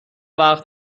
وقت